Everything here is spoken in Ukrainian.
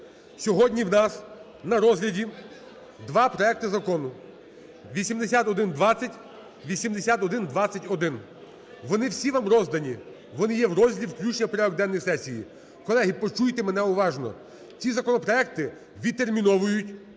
Сьогодні в нас на розгляді 2 проекти закону 8120, 8121. Вони всі вам роздані. Вони є в розділі "Включення в порядок денний сесії". Колеги, почуйте мене уважно. Ці законопроекти відтерміновують